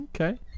Okay